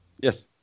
Yes